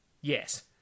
Yes